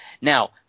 Now